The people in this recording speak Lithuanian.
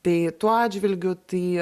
tai tuo atžvilgiu tai